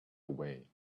away